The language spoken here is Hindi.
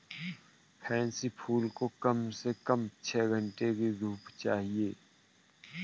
पैन्सी फूल को कम से कम छह घण्टे की धूप चाहिए